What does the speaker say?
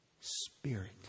spirit